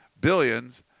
billions